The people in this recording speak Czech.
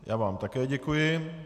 Já vám také děkuji.